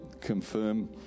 confirm